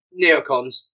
neocons